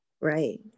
right